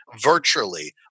virtually